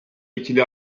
ikili